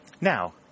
Now